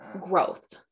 growth